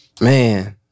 man